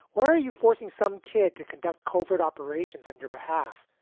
why are you forcing some kid to conduct covert operations on your behalf?